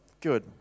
Good